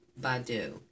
Badu